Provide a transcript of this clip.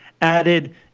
added